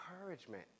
Encouragement